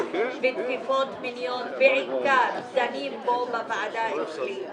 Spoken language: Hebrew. ותקיפות מיניות דנים בעיקר בוועדה אצלי.